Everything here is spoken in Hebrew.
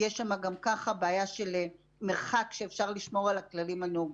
ויש שם גם ככה בעיה של מרחק שאפשר לשמור על הכללים הנהוגים.